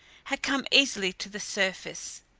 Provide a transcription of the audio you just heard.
had come easily to the surface.